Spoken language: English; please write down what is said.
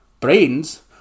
Brains